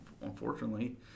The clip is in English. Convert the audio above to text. unfortunately